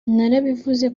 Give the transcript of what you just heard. narabivuze